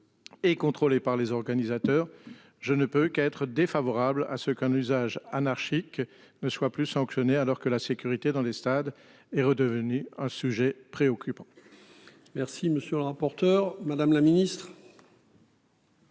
Et contrôlée par les organisateurs. Je ne peux qu'être défavorable à ce qu'un usage anarchique ne soient plus sanctionnés, alors que la sécurité dans les stades est redevenu un sujet préoccupant.